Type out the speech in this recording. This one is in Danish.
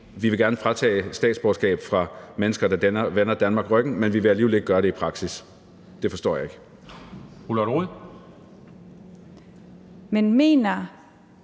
at man gerne vil fratage statsborgerskabet fra mennesker, der vender Danmark ryggen, men at man alligevel ikke vil gøre det i praksis. Det forstår jeg ikke. Kl.